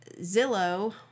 Zillow